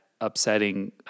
upsetting